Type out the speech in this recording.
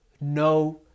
no